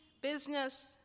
business